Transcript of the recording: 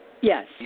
Yes